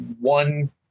one